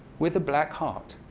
with a black heart